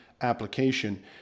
application